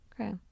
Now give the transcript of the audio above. Okay